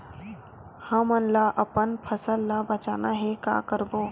हमन ला अपन फसल ला बचाना हे का करबो?